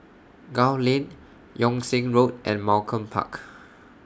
Gul Lane Yung Sheng Road and Malcolm Park